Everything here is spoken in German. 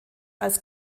als